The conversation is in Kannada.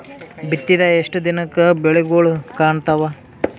ಬಿತ್ತಿದ ಎಷ್ಟು ದಿನಕ ಬೆಳಿಗೋಳ ಕಾಣತಾವ?